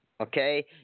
Okay